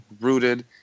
rooted